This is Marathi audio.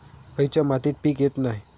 खयच्या मातीत पीक येत नाय?